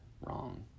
wrong